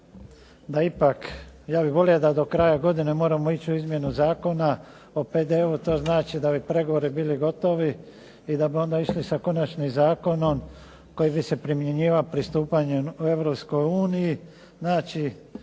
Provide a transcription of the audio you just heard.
da ipak, ja bih volio da do kraja godine moramo ići u izmjenu Zakona o PDV-u. To znači da bi pregovori bili gotovi i da bi onda išli sa konačnim zakonom koji bi se primjenjivao pristupanjem Europskoj